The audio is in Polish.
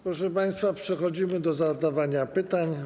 Proszę państwa, przechodzimy do zadawania pytań.